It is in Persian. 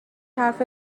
حرف